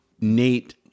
Nate